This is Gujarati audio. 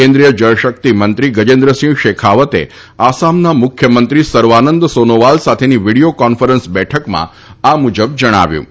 કેન્દ્રીય જળશક્તિ મંત્રી ગજેન્દ્રસિંહ શેખાવતે આસામના મુખ્યમંત્રી સર્વાનંદ સોનોવાલ સાથેની વીડિયો કોન્ફરન્સ બેઠકમાં આ મુજબ જણાવ્યું હતું